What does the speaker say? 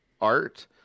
art